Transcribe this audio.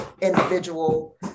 individual